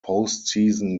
postseason